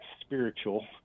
spiritual